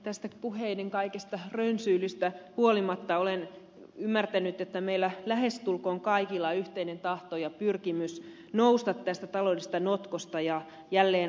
tästä puheiden kaikesta rönsyilystä huolimatta olen ymmärtänyt että meillä lähestulkoon kaikilla on yhteinen tahto ja pyrkimys nousta tästä taloudellisesta notkosta jälleen avarampiin maisemiin